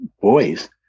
boys